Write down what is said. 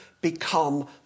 become